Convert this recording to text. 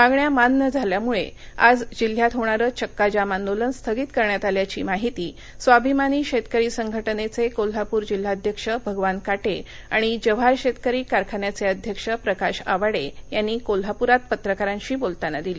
मागण्या मान्य झाल्यामुळे आज जिल्ह्यात होणारं चक्काजाम आंदोलन स्थगित करण्यात आल्याची माहिती स्वाभिमानी शेतकरी संघटनेचे कोल्हापूर जिल्हाध्यक्ष भगवान काटे आणि जव्हार शेतकरी कारखान्याचे अध्यक्ष प्रकाश आवाडे यांनी कोल्हापुरात पत्रकारांशी बोलताना दिली